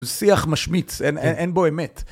שיח משמיץ, אין בו אמת.